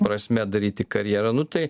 prasme daryti karjerą nu tai